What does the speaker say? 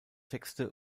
texte